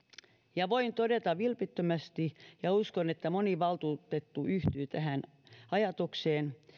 ja voin todeta vilpittömästi ja uskon että moni valtuutettu yhtyy tähän ajatukseen että